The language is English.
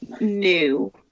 new